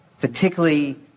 particularly